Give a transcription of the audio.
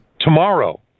tomorrow